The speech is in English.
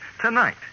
tonight